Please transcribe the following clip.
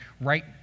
right